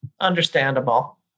understandable